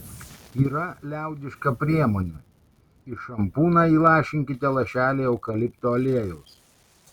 yra liaudiška priemonė į šampūną įlašinkite lašelį eukalipto aliejaus